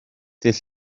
dydd